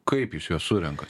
kaip jis juos surenkat